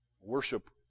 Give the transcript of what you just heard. Worship